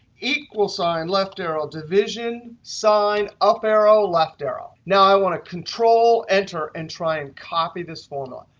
equal sign, left arrow, division, sign, up arrow, left arrow. now i want to control enter and try and copy this formula.